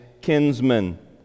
kinsmen